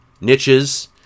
niches